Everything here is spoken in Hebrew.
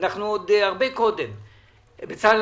בצלאל,